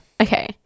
Okay